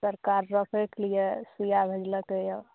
सरकार रखैके लिये सुइया भेजलकैया